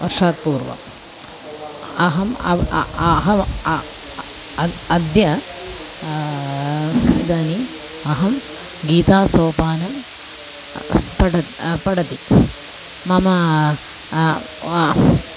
वर्षात् पूर्वम् अहम् अव अहम् अद्य अद्य इदानीम् अहं गीतासोपानं पठत् पठति मम